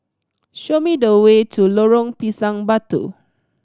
show me the way to Lorong Pisang Batu